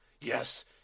Yes